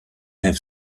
have